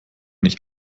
nicht